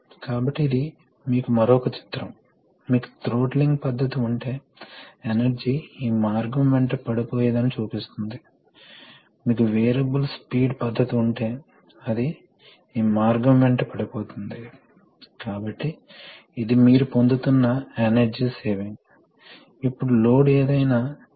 కాబట్టి ఇది మనల్ని పాఠం చివరకి తీసుకువస్తుంది కాబట్టి మనం చూసినది ఏమిటంటే మనం న్యూమాటిక్ సిస్టమ్ ప్రిన్సిపుల్స్ మరియు ప్రయోజనాలను చూశాము ముఖ్యంగా మనం న్యూమాటిక్ సిస్టమ్స్ చూశాము మనం కంప్రెస్డ్ ఎయిర్ ఉపయోగించబోతున్నాం కాబట్టి కంప్రెస్డ్ ఎయిర్ కొన్ని ప్రయోజనాలు ఉన్నాయని మీకు తెలుసు గాలి ఉచితం అని మీకు తెలుసు మరియు దానికి రిటర్న్ లైన్ అవసరం లేదు